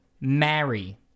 marry